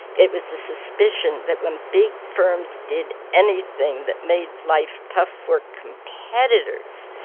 it was the suspicion that when big firms did anything that made life tough for competitors,